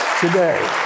today